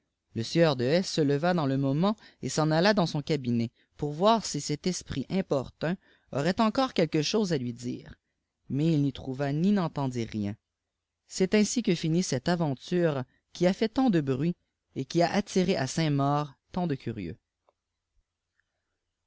lé sieur de s se leva dans le moment et s'en alla dans son cabinet pour voir si cet esprit importun aurait èhcove quelque chose à lui dire mais il n'y trouva tii n'entendilrien uest ainsi que finit cette aventuré quî a fait tant de bruit et qui a attiré à saint-maur tant de curieux